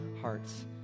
hearts